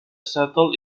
settle